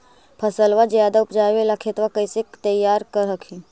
फसलबा ज्यादा उपजाबे ला खेतबा कैसे तैयार कर हखिन?